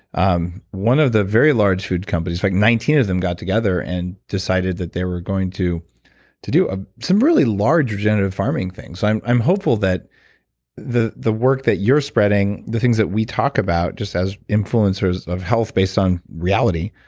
um one of the very large food companies. in fact, nineteen of them got together and decided that they were going to to do ah some really large regenerative farming thing. i'm i'm hopeful that the the work that you're spreading, the things that we talk about just as influencers of health based on reality,